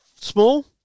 small